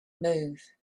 move